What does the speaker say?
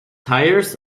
tires